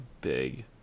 big